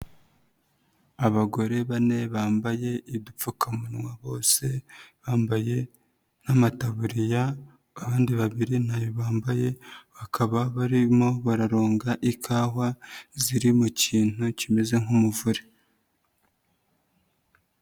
Abagore bane bambaye udupfukamunwa bose, bambaye n'amataburiya abandi babiri ntayo bambaye, bakaba barimo bararonga ikawa, ziri mu kintu kimeze nk'umuvure.